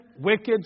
wicked